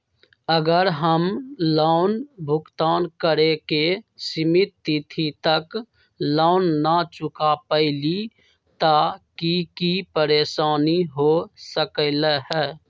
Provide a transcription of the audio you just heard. अगर हम लोन भुगतान करे के सिमित तिथि तक लोन न चुका पईली त की की परेशानी हो सकलई ह?